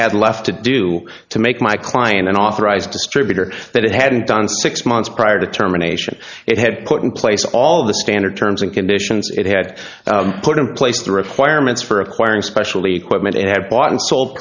had left to do to make my client an authorized distributor that it hadn't done six months prior determination it had put in place all of the standard terms and conditions it had put in place the requirements for acquiring specially quite meant it had bought and sold